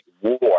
war